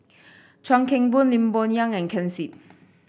Chuan Keng Boon Lim Bo Yam and Ken Seet